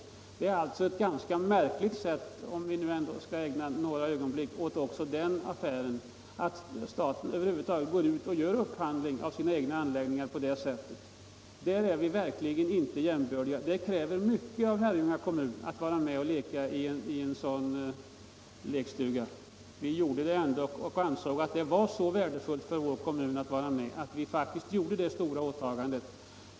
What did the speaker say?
Om vi nu skall ägna några ögonblick även åt den affären så vill jag säga att det är mycket märkligt att staten gör upphandlingar av sina egna anläggningar på det sättet. Sådana gånger är vi verkligen inte jämbördiga. Det krävs mycket av Herrljunga kommun för att den skall kunna vara med och leka i en sådan lekstuga. Vi gjorde trots allt det. Vi ansåg att det var så värdefullt för vår kommun att vara med att vi faktiskt gjorde detta stora åtagande.